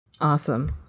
Awesome